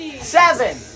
seven